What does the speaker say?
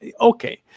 okay